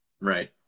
Right